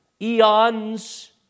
eons